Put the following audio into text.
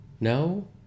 No